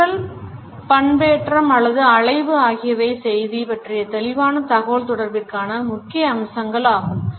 குரல் பண்பேற்றம் அல்லது அலைவு ஆகியவை செய்தி பற்றிய தெளிவான தகவல் தொடர்பிற்கான முக்கிய அம்சங்கள் ஆகும்